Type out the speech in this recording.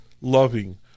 loving